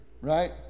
right